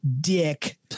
dick